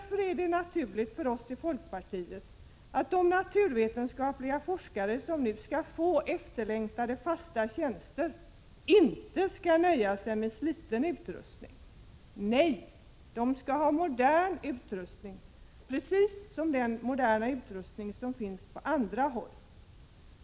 Det är därför naturligt för oss i folkpartiet att de naturvetenskapligt inriktade forskare som nu skall få efterlängtade fasta tjänster inte skall behöva nöja sig med försliten utrustning — nej, de skall ha modern utrustning, precis lika modern utrustning som den som finns på andra håll.